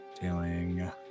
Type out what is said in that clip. Dealing